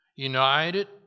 united